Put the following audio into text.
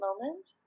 moment